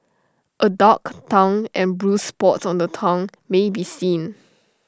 A dark tongue and bruised spots on the tongue may be seen